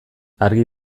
argi